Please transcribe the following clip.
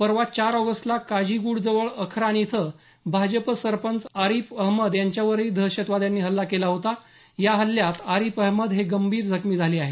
परवा चार ऑगस्टला काझीगुंडजवळ अखरान इथं भाजप सरपंच आरिफ अहमद यांच्यावरही दहशतवाद्यांनी हल्ला केला होता या हल्ल्यात आरिफ अहमद हे गंभीर जखमी झाले आहेत